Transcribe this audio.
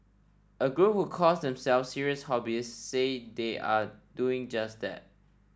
a group who calls themselves serious hobbyists say they are doing just that